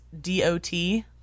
D-O-T